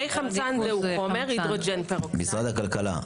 מי חמצן זה חומר- -- משרד הכלכלה,